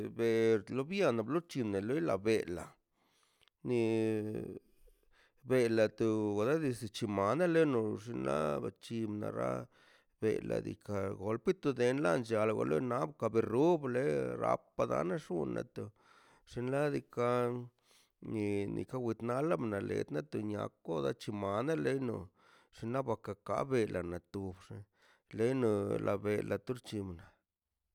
Bel lobianaꞌ blutune le bela ni bela to aga bizchima naleno xna bachingara bela dikaꞌ golpe to denla nllia lgole na gaberuble rapa ngaṉ xunente xinalika ni nika wit nale mnaletnatnet nia kobachi manáleno snabaka ka belana to nll leno la be la turtchin.